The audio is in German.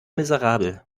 miserabel